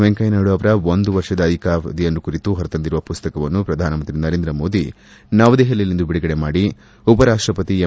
ವೆಂಕಯ್ಯ ನಾಯ್ದು ಅವರ ಒಂದು ವರ್ಷದ ಅಧಿಕಾರಾವಧಿ ಕುರಿತು ಹೊರತಂದಿರುವ ಪುಸ್ತಕವನ್ನು ಪ್ರಧಾನಮಂತ್ರಿ ನರೇಂದ್ರ ಮೋದಿ ನವದೆಹಲಿಯಲ್ಲಿಂದು ಬಿಡುಗಡೆ ಮಾಡಿ ಉಪರಾಷ್ಷಪತಿ ಎಂ